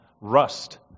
rust